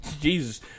Jesus